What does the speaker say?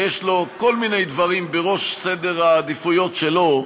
שיש לו כל מיני דברים בראש סדר העדיפויות שלו,